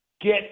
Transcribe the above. get